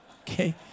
Okay